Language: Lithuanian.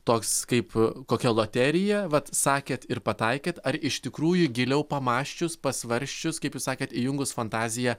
toks kaip kokia loterija vat sakėt ir pataikėt ar iš tikrųjų giliau pamąsčius pasvarsčius kaip jūs sakėt įjungus fantaziją